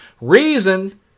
Reason